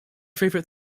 favorite